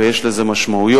ויש לזה משמעויות,